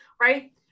right